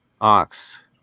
Ox